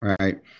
right –